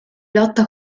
lotta